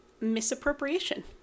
Misappropriation